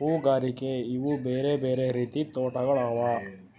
ಹೂಗಾರಿಕೆ ಇವು ಬೇರೆ ಬೇರೆ ರೀತಿದ್ ತೋಟಗೊಳ್ ಅವಾ